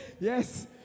Yes